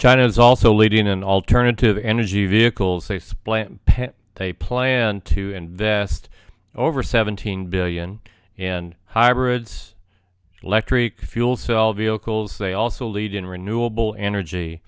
china is also leading an alternative energy vehicles faceplant they plan to invest over seventeen billion in hybrids electric fuel cell vehicles they also lead in renewable energy